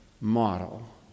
model